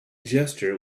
gesture